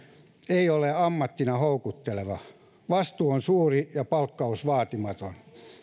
ei ole ammattina houkutteleva vastuu on suuri ja palkkaus vaatimaton